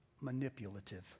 manipulative